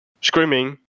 screaming